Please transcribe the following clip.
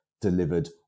delivered